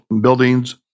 buildings